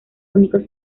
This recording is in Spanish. únicos